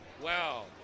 Wow